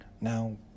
Now